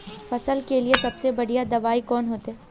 फसल के लिए सबसे बढ़िया दबाइ कौन होते?